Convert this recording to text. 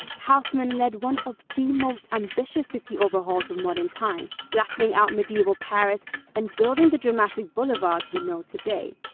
haussmann led one of the most ambitious city overhauls of modern times, flattening out medieval paris and building the dramatic boulevards we know today.